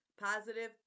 positive